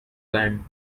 band